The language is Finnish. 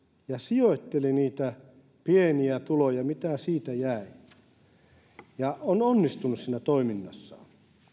ja sijoitteli niitä pieniä tuloja mitä siitä jäi ja on onnistunut siinä toiminnassaan